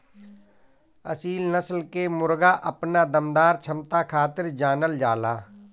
असील नस्ल के मुर्गा अपना दमदार क्षमता खातिर जानल जाला